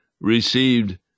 received